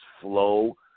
flow